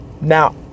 Now